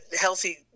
healthy